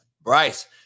Bryce